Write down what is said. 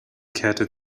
kehrte